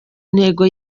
ntego